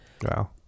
Wow